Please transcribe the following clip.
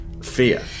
fear